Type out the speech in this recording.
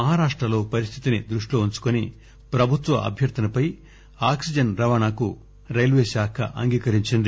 మహారాష్టలో పరిస్థితిని దృష్టిలో ఉంచుకుని ప్రభుత్వ అభ్యర్థనపై ఆక్సిజన్ రవాణాకు రైల్వేశాఖ అంగీకరించింది